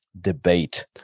debate